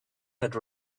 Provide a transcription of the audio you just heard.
had